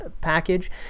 package